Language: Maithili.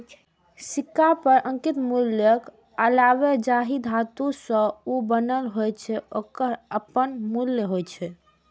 सिक्का पर अंकित मूल्यक अलावे जाहि धातु सं ओ बनल होइ छै, ओकरो अपन मूल्य होइ छै